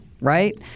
right